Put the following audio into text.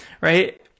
right